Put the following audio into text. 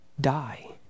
die